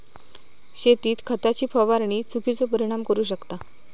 शेतीत खताची फवारणी चुकिचो परिणाम करू शकता